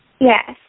Yes